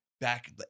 back